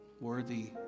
Worthy